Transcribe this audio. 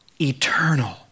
eternal